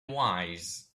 wise